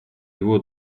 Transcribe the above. его